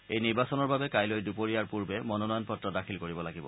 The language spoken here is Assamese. এই নিৰ্বাচনৰ বাবে কাইলৈ দুগৰীয়াৰ পূৰ্বে মনোনয়ন পত্ৰ দাখিল কৰিব লাগিব